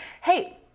hey